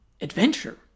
Adventure